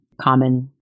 common